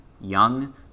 young